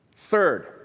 Third